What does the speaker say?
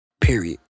period